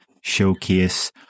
showcase